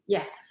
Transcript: Yes